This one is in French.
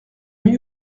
mets